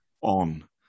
on